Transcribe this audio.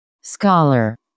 Scholar